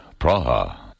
Praha